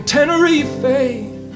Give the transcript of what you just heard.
Tenerife